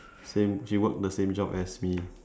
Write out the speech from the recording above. same she work the same job as me